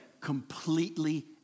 Completely